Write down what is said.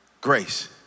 Grace